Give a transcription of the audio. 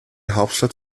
hauptstadt